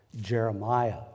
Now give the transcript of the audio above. jeremiah